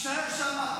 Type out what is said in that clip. תישאר שם.